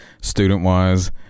student-wise